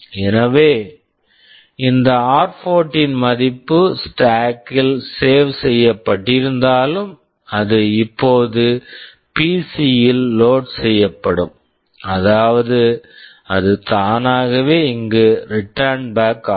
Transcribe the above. எனவே இந்த ஆர்14 r14 மதிப்பு ஸ்டேக் stack கில் சேவ் save செய்யப்பட்டிருந்தாலும் அது இப்போது பிசி PC யில் லோட் load செய்யப்படும் அதாவது அது தானாகவே இங்கே ரிட்டர்ன் பேக் return back ஆகும்